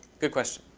good question.